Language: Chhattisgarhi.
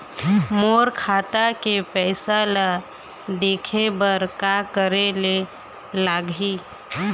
मोर खाता के पैसा ला देखे बर का करे ले लागही?